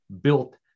built